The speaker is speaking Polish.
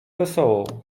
wesołą